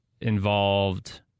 involved